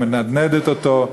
מנדנדת אותו,